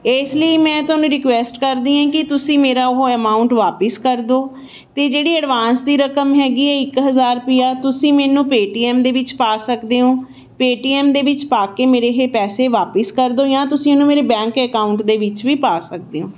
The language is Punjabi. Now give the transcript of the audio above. ਇਸ ਲਈ ਮੈਂ ਤੁਹਾਨੂੰ ਰਿਕੁਐਸਟ ਕਰਦੀ ਹਾਂ ਕਿ ਤੁਸੀਂ ਮੇਰਾ ਉਹ ਅਮਾਊਂਟ ਵਾਪਸ ਕਰ ਦਿਉ ਅਤੇ ਜਿਹੜੀ ਐਡਵਾਂਸ ਦੀ ਰਕਮ ਹੈਗੀ ਹੈ ਇੱਕ ਹਜ਼ਾਰ ਰੁਪਈਆ ਤੁਸੀਂ ਮੈਨੂੰ ਪੇਟੀਐੱਮ ਦੇ ਵਿੱਚ ਪਾ ਸਕਦੇ ਹੋ ਪੇਟੀਐੱਮ ਦੇ ਵਿੱਚ ਪਾ ਕੇ ਮੇਰੇ ਇਹ ਪੈਸੇ ਵਾਪਸ ਕਰ ਦਿਉ ਜਾਂ ਤੁਸੀਂ ਇਹਨੂੰ ਮੇਰੇ ਬੈਂਕ ਅਕਾਊਂਟ ਦੇ ਵਿੱਚ ਵੀ ਪਾ ਸਕਦੇ ਹੋ